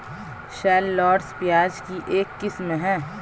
shallots, प्याज की एक किस्म है